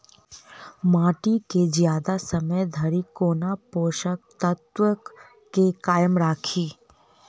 माटि केँ जियादा समय धरि कोना पोसक तत्वक केँ कायम राखि?